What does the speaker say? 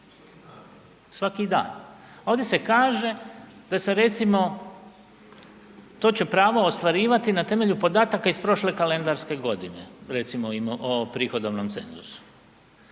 prirodno. Svaki dan. Ovdje se kaže da se recimo, to će pravo ostvarivati na temelju podataka iz prošle kalendarske godine, recimo o prihodovnom cenzusu.